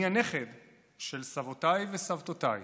אני הנכד של סבותיי וסבתותיי,